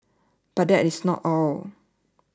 but that is not all